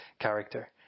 character